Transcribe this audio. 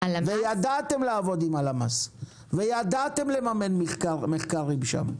ידעתם לעבוד עם הלמ"ס וידעתם לממן מחקרים שם.